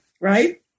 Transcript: right